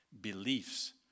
beliefs